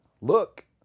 look